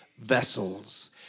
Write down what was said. vessels